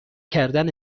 کردن